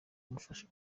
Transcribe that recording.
amufasha